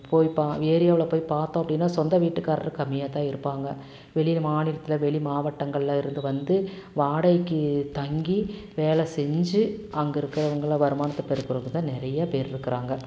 போய் பா ஏரியாவில் போய் பார்த்தோம் அப்படின்னா சொந்த வீட்டுக்காரர் கம்மியாகதான் இருப்பாங்கள் வெளி மாநிலத்தில் வெளி மாவட்டங்கள்லருந்து வந்து வாடகைக்கு தங்கி வேலை செஞ்சு அங்கே இருக்கிறவங்களா வருமானத்தை பெருக்குகிறவங்கதான் நிறையா பேர்ருக்கிறாங்க